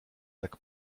tak